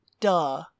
Duh